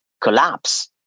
collapse